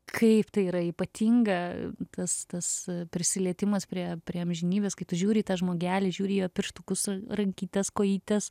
kaip tai yra ypatinga tas tas prisilietimas prie prie amžinybės kai tu žiūri į tą žmogelį žiūri į jo pirštukus rankytes kojytes